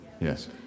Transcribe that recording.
Yes